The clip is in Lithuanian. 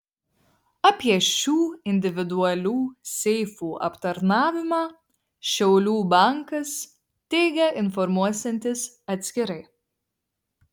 apie šių individualių seifų aptarnavimą šiaulių bankas teigia informuosiantis atskirai